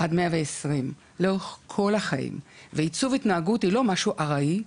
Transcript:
ועד 120. אבל עיצוב התנהגות זה לא משהו ארעי,